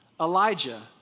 Elijah